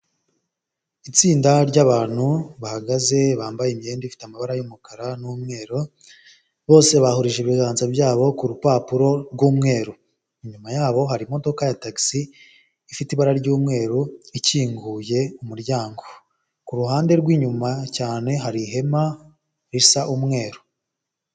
Itsinda ry'abantu bahagaze bambaye imyenda ifite amabara y'umukara n'umweru bose bahurije ibiganza byabo ku rupapuro rw'umweru, inyuma yabo hari imodoka ya tagisi ifite ibara ry'umweru ikinguye umuryango, ku ruhande rwinyuma cyane hari ihema risa umweru.